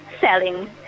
selling